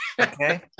Okay